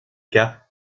cas